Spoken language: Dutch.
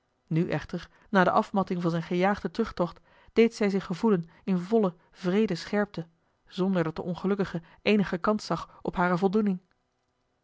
nu echter na de afmatting van zijn gejaagden terugtocht deed zij zich gevoelen in volle wreede scherpte zonder dat de ongelukkige eenige kans zag op hare voldoening